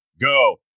Go